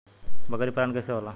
बकरी पालन कैसे होला?